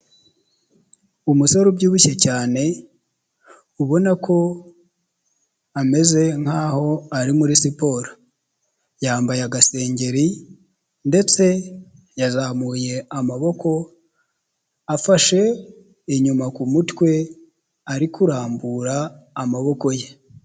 Umusore ubyibushye cyane ubona ko ameze nkaho ari muri siporo, yambaye agasengeri ndetse yazamuye amaboko afashe inyuma ku mutwe, ari kurambura amaboko ye.